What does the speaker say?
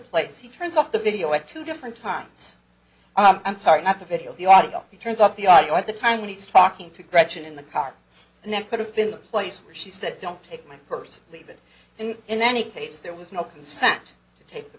place he turns off the video at two different times i'm sorry not the video the audio he turns up the audio at the time when he's talking to gretchen in the car and that could have been the place where she said don't take my purse leave it and in any case there was no consent to take the